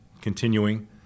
continuing